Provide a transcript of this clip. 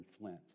Flint